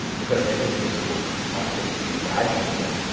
without any visible, often imaginable,